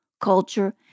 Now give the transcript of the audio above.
culture